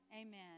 Amen